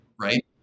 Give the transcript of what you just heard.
right